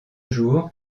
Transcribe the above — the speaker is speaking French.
jour